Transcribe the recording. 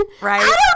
right